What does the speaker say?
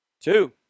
Two